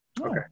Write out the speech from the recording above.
Okay